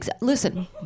Listen